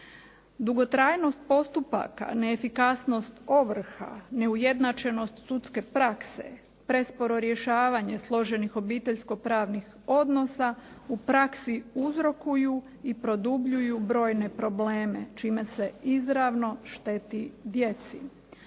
Dugotrajnost postupaka, neefikasnost ovrha, neujednačenost sudske prakse, presporo rješavanje složenih obiteljsko-pravnih odnosa u praksi uzrokuju i produbljuju brojne probleme čime se izravno šteti djeci.